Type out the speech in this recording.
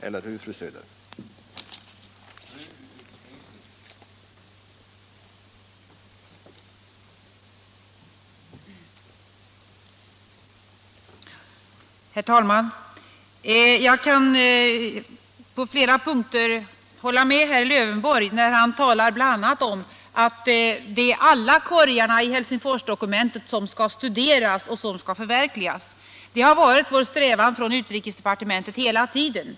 Eller hur, fru Söder?